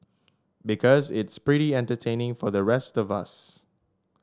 because it's pretty entertaining for the rest of us